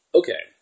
okay